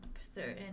certain